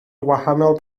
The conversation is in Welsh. wahanol